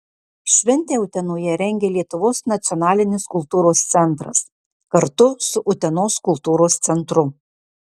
šventę utenoje rengia lietuvos nacionalinis kultūros centras kartu su utenos kultūros centru